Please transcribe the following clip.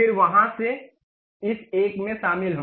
फिर वहाँ से इस एक में शामिल हों